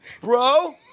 Bro